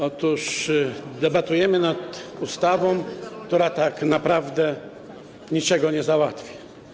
Otóż debatujemy nad ustawą, która tak naprawdę niczego nie załatwia.